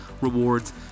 rewards